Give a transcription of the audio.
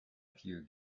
few